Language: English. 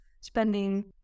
spending